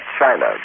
china